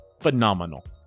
phenomenal